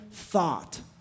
thought